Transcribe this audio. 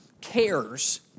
cares